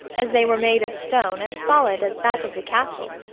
as they were made of stone as solid as that of the castle.